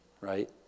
right